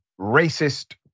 racist